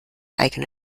eigene